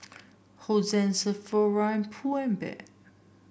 Hosen Sephora Pull and Bear